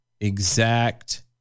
exact